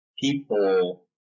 people